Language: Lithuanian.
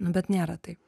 nu bet nėra taip